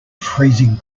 freezing